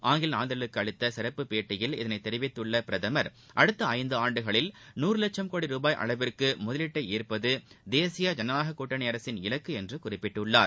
ஆங்கில நாளிதழுக்கு அளித்த சிறப்பு பேட்டியில் இதை தெரிவித்துள்ள பிரதமர் அடுத்த ஐந்து ஆண்டுகளில் நூறு லட்சம் கோடி ரூபாய் அளவிற்கு முதலீட்டை ஈர்ப்பது தேசிய ஜனநாயக கூட்டணி அரசின் இலக்கு என்று குறிப்பிட்டுள்ளார்